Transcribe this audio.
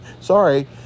sorry